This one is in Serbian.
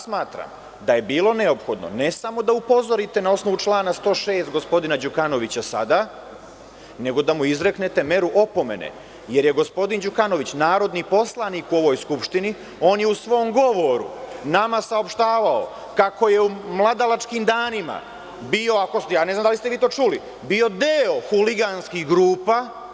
Smatram da je bilo neophodno ne samo da upozorite na osnovu člana 106. gospodina Đukanovića sada, nego da mu izreknete meru opomene, jer je gospodin Đukanović narodni poslanik u ovoj Skupštini, on je u svom govoru nama saopštavao kako je u mladalačkim danima bio, ne znam da li ste vi to čuli, bio deo huliganskih grupa.